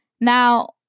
Now